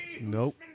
Nope